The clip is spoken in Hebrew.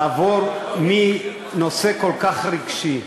לעבור מנושא כל כך רגשי,